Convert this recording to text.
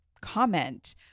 comment